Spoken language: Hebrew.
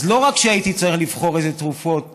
אז לא רק שהייתי צריך לבחור איזה תרופות